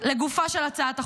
לגופה של הצעת החוק.